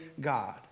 God